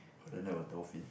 then there was a dolphin